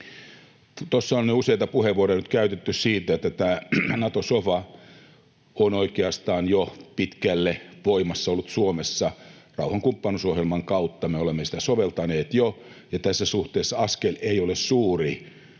Tuossa on jo useita puheenvuoroja käytetty siitä, että tämä Nato-sofa on oikeastaan ollut jo pitkälle voimassa Suomessa. Rauhankumppanuusohjelman kautta me olemme sitä soveltaneet jo, ja tässä suhteessa askel ei ole suuri,